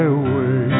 away